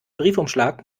briefumschlag